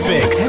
Fix